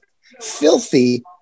filthy